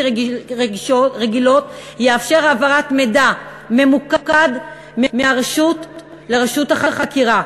רגילות יאפשר העברת מידע ממוקד מהרשות לרשות החקירה.